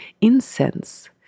incense